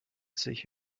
sich